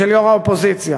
של יושבת-ראש האופוזיציה.